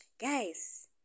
Guys